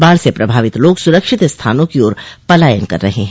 बाढ़ से प्रभावित लोग सुरक्षित स्थानों की ओर पलायन कर रहे हैं